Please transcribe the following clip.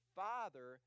father